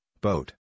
boat